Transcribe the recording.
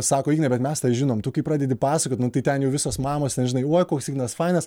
sako ignai bet mes tave žinom tu kai pradedi pasakot nu tai ten jau visos mamos ten žinai uoj koks ignas fainas